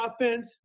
offense